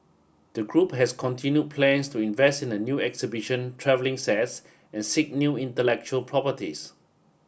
the group has continued plans to invest in new exhibition travelling sets and seek new intellectual properties